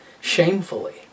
shamefully